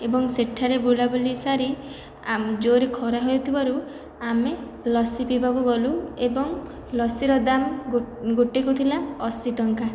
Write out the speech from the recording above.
ଏବଂ ସେଠାରେ ବୁଲାବୁଲି ସାରି ଆମ ଜୋର୍ରେ ଖରା ହୋଇଥିବାରୁ ଆମେ ଲସି ପିଇବାକୁ ଗଲୁ ଏବଂ ଲସିର ଦାମ ଗୋଟିଏକୁ ଥିଲା ଅଶୀ ଟଙ୍କା